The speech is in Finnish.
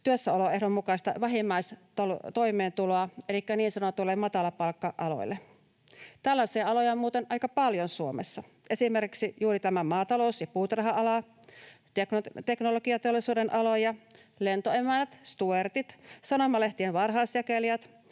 työssäoloehdon mukaista vähimmäistoimeentuloa, elikkä niin sanotuilla matalapalkka-aloilla. Tällaisia aloja on muuten aika paljon Suomessa, esimerkiksi juuri tämä maatalous- ja puutarha-ala, osa teknologiateollisuuden aloista, lentoemännät, stuertit, sanomalehtien varhaisjakelijat,